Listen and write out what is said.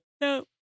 No